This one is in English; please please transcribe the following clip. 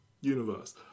universe